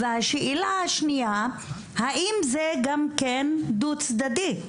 השאלה השנייה היא האם זה דו צדדי.